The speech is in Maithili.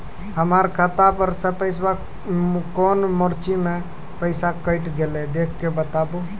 हमर खाता पर से पैसा कौन मिर्ची मे पैसा कैट गेलौ देख के बताबू?